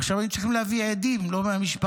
עכשיו, היינו צריכים להביא עדים לא מהמשפחה.